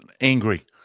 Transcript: angry